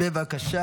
דקות.